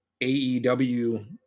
aew